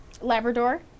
Labrador